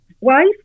wife